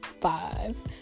five